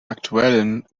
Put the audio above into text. aktuellen